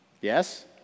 Yes